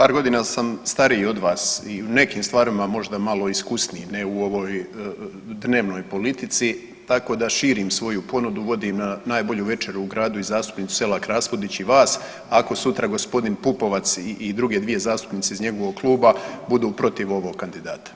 Par godina sam stariji od vas i u nekim stvarima možda malo iskusniji, ne u ovoj dnevnoj politici, tako da širim svojim ponudu, vodim na najbolju večeru u gradu i zastupnicu Selak Raspudić i vas ako sutra gospodin Pupovac i druge dvije zastupnice iz njegovog kluba budu protiv ovog kandidata.